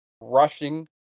rushing